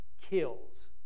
kills